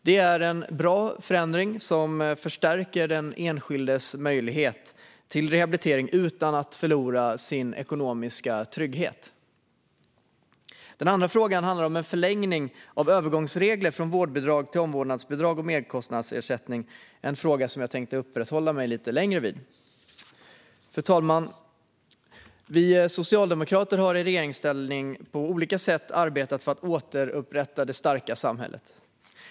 Det är en bra förändring som förstärker den enskildes möjlighet till rehabilitering utan att denne förlorar sin ekonomiska trygghet Den andra frågan handlar om en förlängning av övergångsregler från vårdbidrag till omvårdnadsbidrag och merkostnadsersättning - en fråga som jag tänkte uppehålla mig vid lite längre. Fru talman! Vi socialdemokrater har i regeringsställning på olika sätt arbetat för att återupprätta det starka samhället.